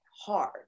hard